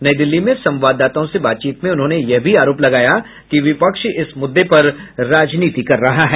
नई दिल्ली में संवाददाताओं से बातचीत में उन्होंने यह भी आरोप लगाया कि विपक्ष इस मुद्दे पर राजनीति कर रहा है